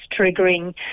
triggering